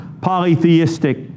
polytheistic